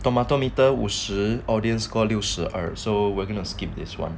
tomato meter 五十 audience score 六十二 so we're gonna skip this one